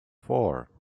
four